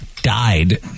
Died